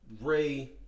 Ray